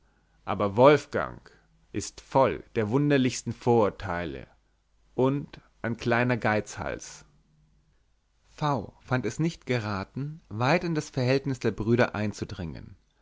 aber wolfgang ist voll der wunderlichsten vorurteile und ein kleiner geizhals v fand es nicht geraten weiter in das verhältnis der brüder einzudringen